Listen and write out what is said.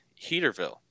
Heaterville